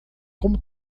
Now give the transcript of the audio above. como